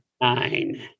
Nine